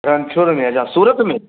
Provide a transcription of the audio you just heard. रणछोड़ में अच्छा सूरत में